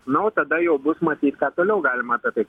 na o tada jau bus matyt ką toliau galima apie tai